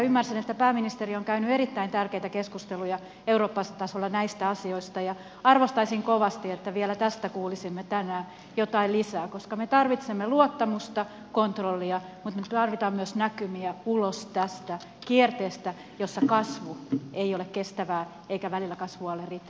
ymmärsin että pääministeri on käynyt erittäin tärkeitä keskusteluja euroopan tasolla näistä asioista ja arvostaisin kovasti että vielä tästä kuulisimme tänään jotain lisää koska me tarvitsemme luottamusta kontrollia mutta me tarvitsemme myös näkymiä ulos tästä kierteestä jossa kasvu ei ole kestävää eikä välillä kasvua ole riittävästi ollenkaan